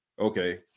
okay